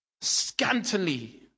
Scantily